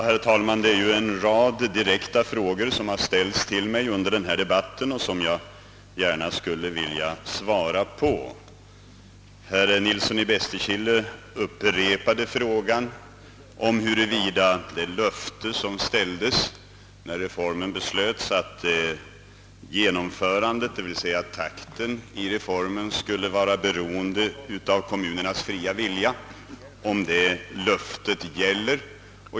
Herr talman! En rad direkta frågor har ställts till mig under denna debatt, och jag vill gärna försöka besvara dem. Herr Nilsson i Bästekille upprepade frågan om huruvida det löfte som gavs när reformen beslöts, att takten i genomförandet skulle vara beroende av kommunernas fria vilja, fortfarande gäller.